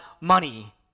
money